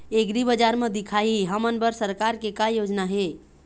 एग्रीबजार म दिखाही हमन बर सरकार के का योजना हे?